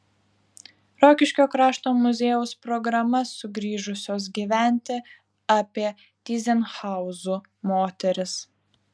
rokiškio krašto muziejaus programa sugrįžusios gyventi apie tyzenhauzų moteris